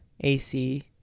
AC